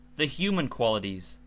the human qualities,